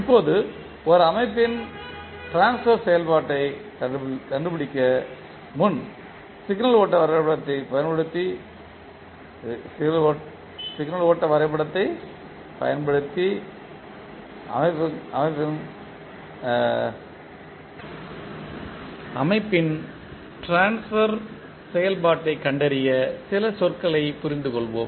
இப்போது ஒரு அமைப்பின் ட்ரான்ஸ்பர் செயல்பாட்டைக் கண்டுபிடிப்பதற்கு முன் சிக்னல் ஓட்ட வரைபடத்தைப் பயன்படுத்தி அமைப்பின் ட்ரான்ஸ்பர் செயல்பாட்டைக் கண்டறிய சில சொற்களைப் புரிந்துகொள்வோம்